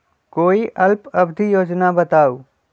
कोई अल्प अवधि योजना बताऊ?